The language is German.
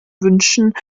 wünschen